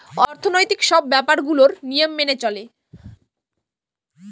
অর্থনৈতিক সব ব্যাপার গুলোর নিয়ম মেনে চলে